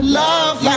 love